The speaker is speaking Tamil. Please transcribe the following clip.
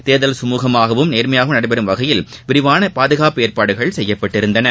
தேர்தல் சமூகமாகவும் நேர்மையாகவும் நடைபெறும் வகையில் விரிவான பாதுகாப்பு ஏற்பாடுகள் செய்யப்பட்டிருந்தன